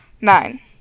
Nine